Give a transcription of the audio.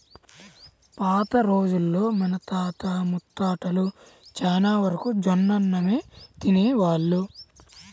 పాత రోజుల్లో మన తాత ముత్తాతలు చానా వరకు జొన్నన్నమే తినేవాళ్ళు